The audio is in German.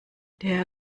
der